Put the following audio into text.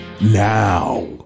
now